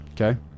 okay